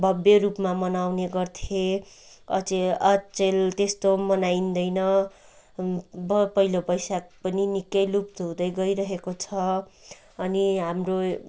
भव्यरूपमा मनाउने गर्थे अचे अचेल त्यस्तो मनाइँदैन पहिलो वैशाख पनि निकै लुप्त हुँदै गइरहेको छ अनि हाम्रो